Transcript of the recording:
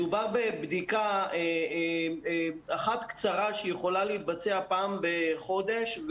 מדובר בבדיקה אחת קצרה שיכולה להתבצע פעם בחודש,